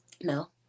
No